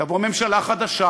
תבוא ממשלה חדשה,